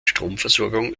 stromversorgung